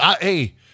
Hey